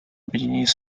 объединить